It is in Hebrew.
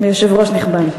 ויושב-ראש נכבד,